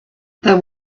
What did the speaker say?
there